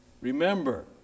Remember